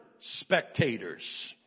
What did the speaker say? spectators